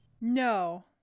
No